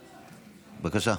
בבקשה.